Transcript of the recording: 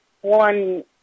one